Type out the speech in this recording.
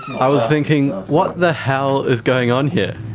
i was thinking what the hell is going on here,